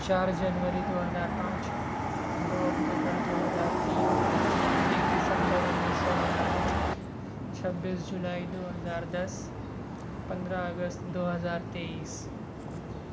چار جنوری دو ہزار پانچ دو اکتوبر دو ہزار تین ایک دسمبر انیس سو ننانوے چھبیس جولائی دو ہزار دس پندرہ اگست دو ہزار تیئیس